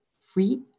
free